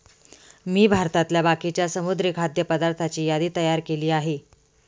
मी भारतातल्या बाकीच्या समुद्री खाद्य पदार्थांची यादी तयार केली आहे